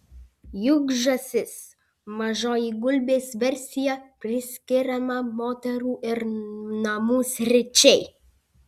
juk žąsis mažoji gulbės versija priskiriama moterų ir namų sričiai